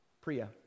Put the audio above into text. Priya